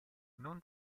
non